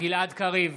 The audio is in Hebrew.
גלעד קריב,